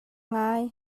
ngai